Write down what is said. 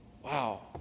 Wow